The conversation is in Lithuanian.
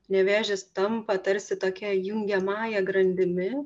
nevėžis tampa tarsi tokia jungiamąja grandimi